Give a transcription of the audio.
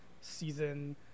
season